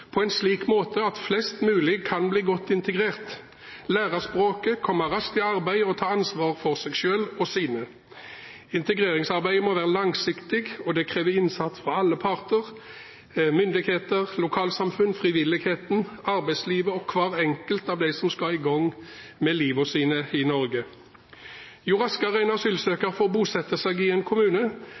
på en slik måte at flest mulig kan bli godt integrert, lære språket, komme raskt i arbeid og ta ansvar for seg selv og sine. Integreringsarbeid må være langsiktig, og det krever innsats fra alle parter: myndigheter, lokalsamfunn, frivilligheten, arbeidslivet og hver enkelt av dem som skal i gang med livet sitt i Norge. Jo raskere en asylsøker får bosette seg i en kommune,